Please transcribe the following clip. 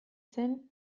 zen